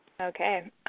Okay